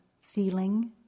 feeling